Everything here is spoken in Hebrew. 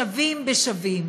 שווים בשווים.